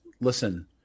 listen